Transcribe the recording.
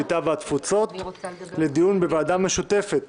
הקליטה והתפוצות לדיון בוועדה משותפת